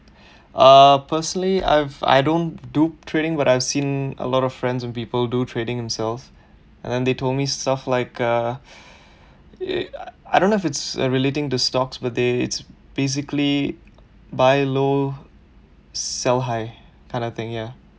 uh personally I've I don't do trading but I've seen a lot of friends and people do trading themselves and they told me stuff like uh it I don't know if it's relating to stocks but they basically buy low sell high kind of thing ya